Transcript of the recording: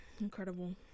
Incredible